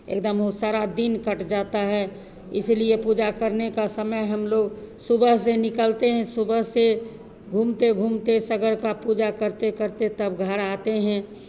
एकदम वह सारा दिन कट जाता है इसलिए पूजा करने का समय हम लोग सुबह से निकलते हैं सुबह से घूमते घूमते सागर का पूजा करते करते तब आते हैं